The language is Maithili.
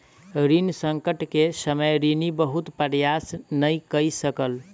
ऋण संकट के समय ऋणी बहुत प्रयास नै कय सकल